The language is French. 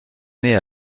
naît